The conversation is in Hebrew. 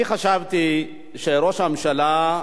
אני חשבתי שראש הממשלה,